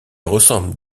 ressemble